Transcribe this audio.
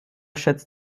schätzt